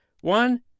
One